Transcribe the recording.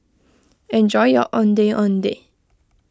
enjoy your Ondeh Ondeh